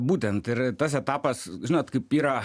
būtent ir tas etapas žinot kaip yra